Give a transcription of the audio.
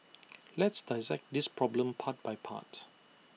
let's dissect this problem part by part